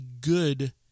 good